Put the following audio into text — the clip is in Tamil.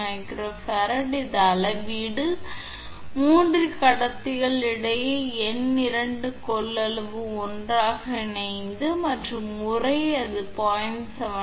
65𝜇𝐹 இது அளவீடு 3 கடத்திகள் இடையே எண் 2 கொள்ளளவு ஒன்றாக இணைந்தது மற்றும் உறை அது 0